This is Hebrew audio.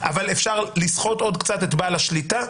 אפשר לסחוט עוד קצת את בעל השליטה,